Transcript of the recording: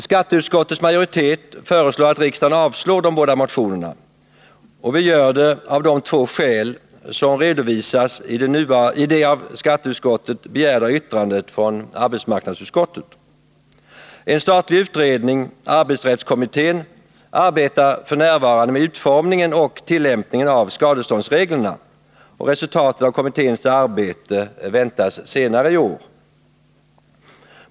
Skatteutskottets majoritet föreslår att riksdagen avslår de båda motionerna, och vi gör det av de två skäl som redovisas i det av skatteutskottet begärda yttrandet från arbetsmarknadsutskottet. En statlig utredning, arbetsrättskommittén, arbetar f. n. med frågan om utformningen och tillämpningen av skadeståndsreglerna. Resultatet av kommitténs arbete väntas senare i år.